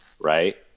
right